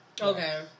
Okay